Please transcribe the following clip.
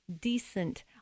decent